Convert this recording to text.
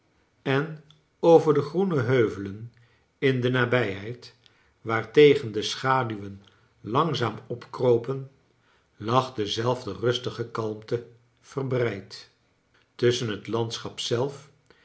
en over de groene heuvelen in de nabijheid waartegen de schaduwen langzaam opkropen lag dezelfde rustige kalmte verbreid tusschen het lands chap zelf